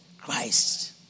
Christ